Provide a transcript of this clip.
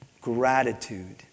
gratitude